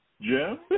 Jim